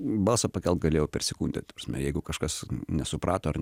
balsą pakelt galėjau per sekundę ta prasme jeigu kažkas nesuprato ar